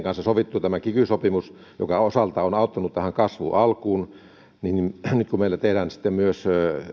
kanssa sovittu tämä kiky sopimus joka osaltaan on auttanut tähän kasvun alkuun ja nyt kun meillä tehdään myös